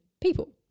people